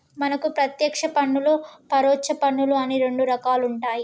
మనకు పత్యేక్ష పన్నులు పరొచ్చ పన్నులు అని రెండు రకాలుంటాయి